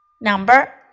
Number